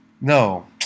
No